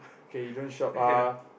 okay you don't shop uh